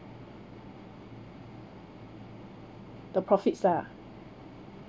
the profits lah